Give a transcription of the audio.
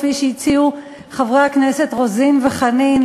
כפי שהציעו חברי הכנסת רוזין וחנין,